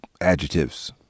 adjectives